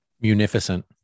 Munificent